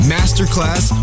Masterclass